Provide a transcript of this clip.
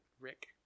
Rick